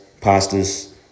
pastas